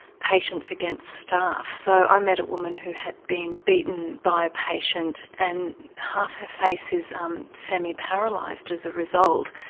patients against staff, so i met a woman who had been beaten by a patient and half her face is um semi-paralysed as a result.